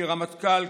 כרמטכ"ל,